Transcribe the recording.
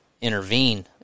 intervene